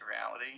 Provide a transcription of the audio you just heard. reality